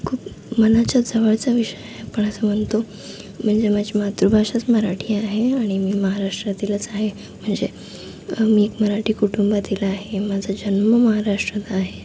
खूप मनाच्या जवळचा विषय आहे आपण असं म्हणतो म्हणजे माझी मातृभाषाच मराठी आहे आणि मी महाराष्ट्रातीलच आहे म्हणजे मी एक मराठी कुटुंबातील आहे माझा जन्म महाराष्ट्रात आहे